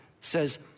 says